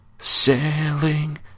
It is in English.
Sailing